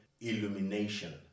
illumination